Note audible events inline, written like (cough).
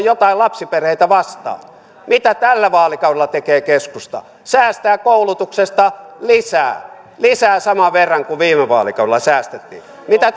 (unintelligible) jotain lapsiperheitä vastaan mitä tällä vaalikaudella tekee keskusta säästää koulutuksesta lisää lisää saman verran kuin viime vaalikaudella säästettiin mitä (unintelligible)